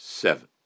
seven